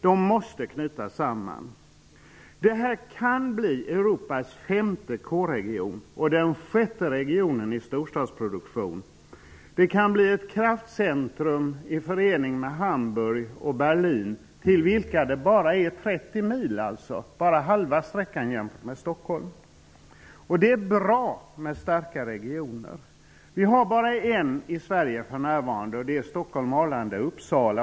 Dessa måste knytas samman. Detta kan bli Europas femte K-region och den sjätte regionen i storstadsproduktion. Det kan bli ett kraftcentrum i förening med Hamburg och Berlin, dit det bara är 30 mil, alltså halva sträckan jämfört med Stockholm. Det är bra med starka regioner. För närvarande har vi bara en stark region i Sverige, och det är Stockholm--Arlanda--Uppsala.